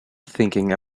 thinking